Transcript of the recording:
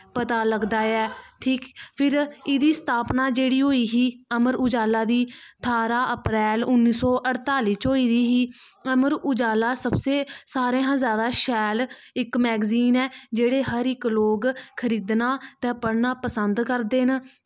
पता लगदा ऐ ठीक फिर एह्दी स्थापना जेह्ड़ी होई ही अमर उज़ाला दी ठारां अप्रैल उन्नी सौ अड़ताली च होई ही अमर उज़ाला सारें शा शैल इक मैग्ज़ीन ऐ जेह्ड़ी इक लोग खरीदना ते पढ़ना पसंद करदे न